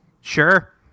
Sure